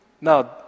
now